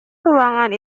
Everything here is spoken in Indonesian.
ruangan